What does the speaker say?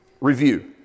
review